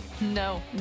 No